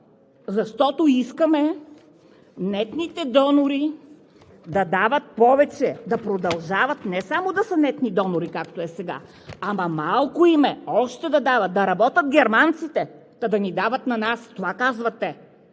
Защото искаме нетните донори да дават повече, да продължават – не само да са нетни донори, както е сега, ама малко им е, още да дават, да работят германците, та да ни дават на нас. Това казват